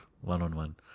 one-on-one